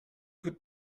could